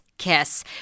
kiss